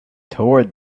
toward